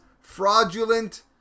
fraudulent